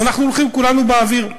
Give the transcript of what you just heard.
אז אנחנו הולכים כולנו באוויר,